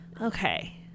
Okay